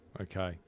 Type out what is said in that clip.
okay